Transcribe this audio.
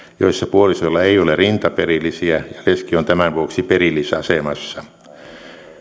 joissa puolisolla ei ole rintaperillisiä ja leski on tämän vuoksi perillisasemassa